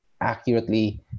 accurately